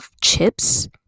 chips